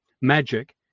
magic